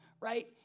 Right